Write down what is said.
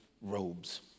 robes